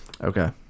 okay